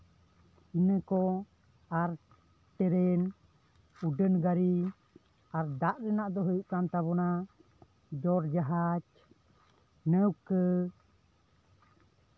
ᱤᱱᱟᱹ ᱠᱚ ᱟᱨ ᱴᱨᱮᱱ ᱩᱰᱟᱹᱱ ᱜᱟᱹᱰᱤ ᱟᱨ ᱫᱟᱜ ᱨᱮᱱᱟᱜ ᱫᱚ ᱦᱩᱭᱩᱜ ᱠᱟᱱ ᱛᱟᱵᱳᱱᱟ ᱡᱚᱞ ᱡᱟᱦᱟᱡᱽ ᱱᱟᱹᱣᱠᱟᱹ